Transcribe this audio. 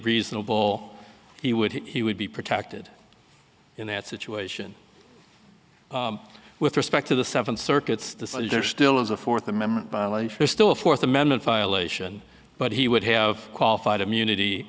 reasonable he would he would be protected in that situation with respect to the seven circuits the there still is a fourth amendment there's still a fourth amendment violation but he would have qualified immunity